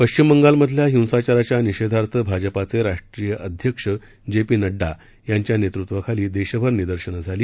पश्चिमबंगालमधल्या हिंसाचाराच्या निषेधार्थ भाजापाचे राष्ट्रीय अध्यक्ष जे पी नड्डा यांच्या नेतृत्वाखाली देशभर निर्दशनं झाली